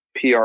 PR